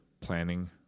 planning